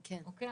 אוקיי?